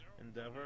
endeavor